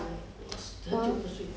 不知道 leh 你有什么好介绍